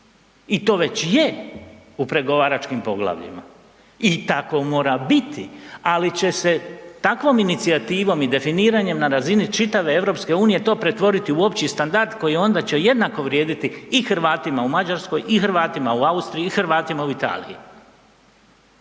I to već je u pregovaračkim poglavljima i tako mora biti, ali će se takvom inicijativom i definiranjem na razini čitave EU to pretvoriti u opći standard koji onda će jednako vrijediti i Hrvatima u Mađarskoj i Hrvatima u Austriji i Hrvatima u Italiji.